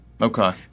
Okay